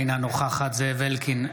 אינה נוכחת זאב אלקין,